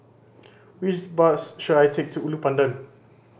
which bus should I take to Ulu Pandan